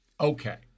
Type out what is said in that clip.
Okay